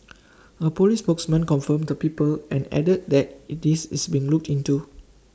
A Police spokesman confirmed the people and added that IT is is being looked into